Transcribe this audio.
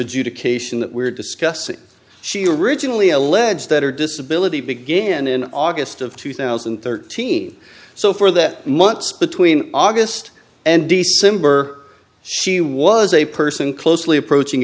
adjudication that we're discussing she originally alleged that her disability began in august of two thousand and thirteen so for that months between august and december she was a person closely approaching